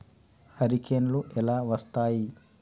హరికేన్లు ఎలా వస్తాయి?